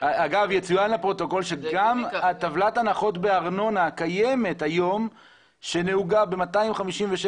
גם טבלת ההנחות בארנונה שנהוגה ב-257